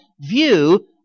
view